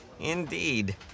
Indeed